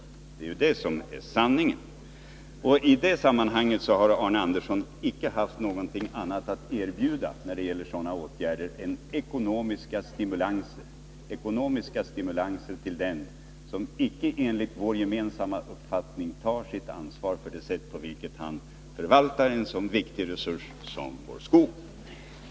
Det är ju det som är sanningen. I det sammanhanget har Arne Andersson i Ljung inte haft någonting annat att erbjuda än ekonomiska stimulanser till dem som enligt vår gemensamma uppfattning inte tar sitt ansvar för en så viktig resurs som vår skog.